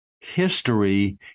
History